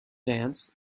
dance